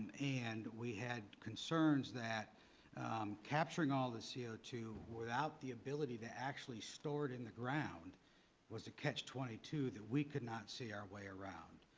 and we had concerns that capturing all the c o two without the ability to actually store it in the ground was a catch twenty two that we could not see our way around.